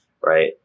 Right